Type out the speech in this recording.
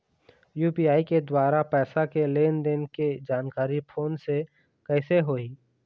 UPI के द्वारा पैसा के लेन देन के जानकारी फोन से कइसे होही?